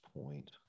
point